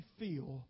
feel